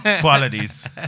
qualities